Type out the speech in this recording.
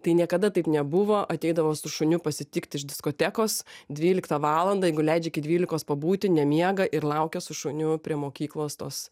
tai niekada taip nebuvo ateidavo su šuniu pasitikt iš diskotekos dvyliktą valandą jeigu leidžia iki dvylikos pabūti nemiega ir laukia su šuniu prie mokyklos tos